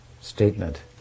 statement